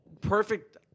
perfect –